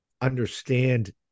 understand